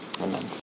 Amen